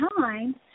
time